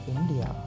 India